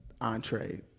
entree